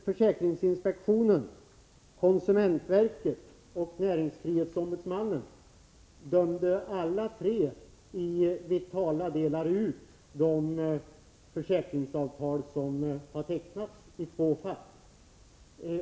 Försäkringsinspektionen, konsumentverket och näringsfrihetsombudsmannen dömde i vitala frågor ut de försäkringsavtal som har tecknats i två fall.